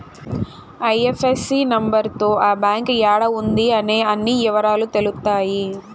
IFSC number తో ఆ bank యాడా ఉంది అనే అన్ని ఇవరాలు తెలుత్తాయి